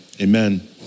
amen